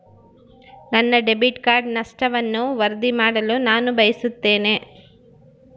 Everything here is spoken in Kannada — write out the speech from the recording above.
ನನ್ನ ಡೆಬಿಟ್ ಕಾರ್ಡ್ ನಷ್ಟವನ್ನು ವರದಿ ಮಾಡಲು ನಾನು ಬಯಸುತ್ತೇನೆ